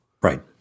Right